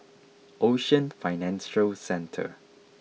Ocean Financial Centre